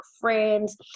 friends